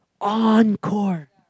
encore